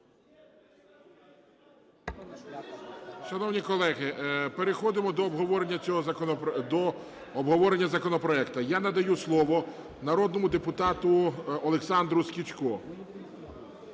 Шановні колеги, переходимо до обговорення законопроекту. Я надаю слово народному депутату Олександру Скічко,